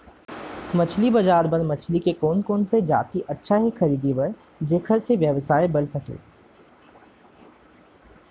मछली बजार बर मछली के कोन कोन से जाति अच्छा हे खरीदे बर जेकर से व्यवसाय बढ़ सके?